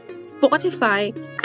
Spotify